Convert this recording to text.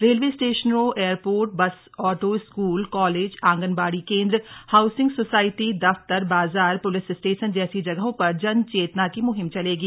railway स्टेशनों airport bus auto school college anganwadi केंद्र housing society दफ्तर बाजार प्लिस स्टेशन जैसी जगहों पर जनचेतना की मुहिम चलेगी